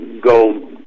go